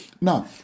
Now